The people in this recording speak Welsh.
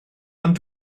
ond